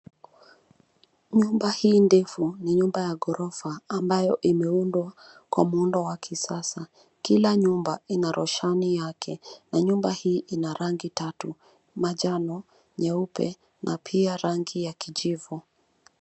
Nyumba hii ndefu, ni nyumba ya ghorofa ambayo imeundwa kwa muundo wa kisasa. Kila nyumba, ina roshani yake na nyumba hii ina rangi tatu, manjano, nyeupe na pia rangi ya kijivu.